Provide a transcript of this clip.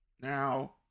Now